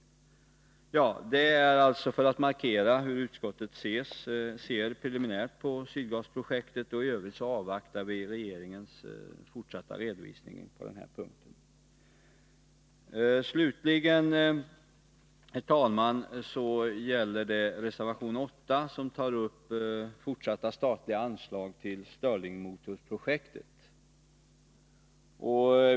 Vi säger detta för att markera hur utskottet preliminärt ser på Sydgasprojektet. I övrigt avvaktar vi regeringens fortsatta redovisning på den här punkten. Slutligen, herr talman, vill jag ta upp reservation 8, som gäller fortsatta statliga anslag till stirlingmotorprojektet.